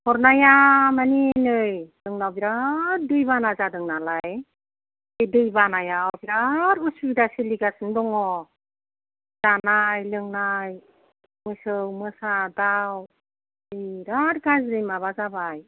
हरनाया माने नै जोंनाव बिराद दैबाना जादोंनालाय बे दैबानायाव बिराद असुबिदा सोलिगासिनो दङ जानाय लोंनाय मोसौ मोसा दाउ बिराद गाज्रि माबा जाबाय